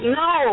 no